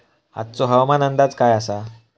आजचो हवामान अंदाज काय आसा?